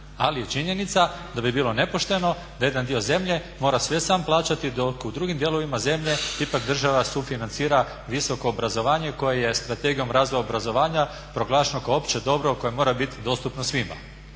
ali je činjenica da bi bilo nepošteno da jedan dio zemlje mora sve sam plaćati, dok u drugim dijelovima zemlje ipak država sufinancira visoko obrazovanje koje je Strategijom razvoja obrazovanja proglašeno kao opće dobro koje mora biti dostupno svima.